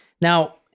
now